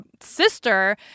sister